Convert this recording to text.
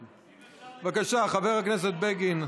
בבקשה, חבר הכנסת בגין.